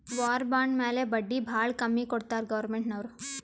war bond ಮ್ಯಾಲ ಬಡ್ಡಿ ಭಾಳ ಕಮ್ಮಿ ಕೊಡ್ತಾರ್ ಗೌರ್ಮೆಂಟ್ನವ್ರು